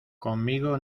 conmigo